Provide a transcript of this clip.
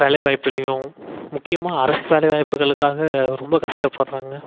வேலைவாய்ப்புலேயும் முக்கியமாக அரசு வேலைவாய்ப்புகளுக்காக ரொம்ப கஷ்டப்படுறாங்க